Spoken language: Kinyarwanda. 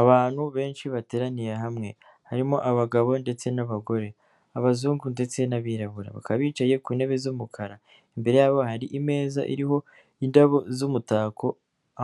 Abantu benshi bateraniye hamwe, harimo abagabo ndetse n'abagore, abazungu ndetse n'abirabura, bakaba bicaye ku ntebe z'umukara, imbere yabo hari imeza iriho indabo z'umutako,